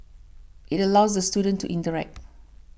it allows the students to interact